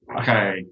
Okay